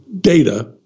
data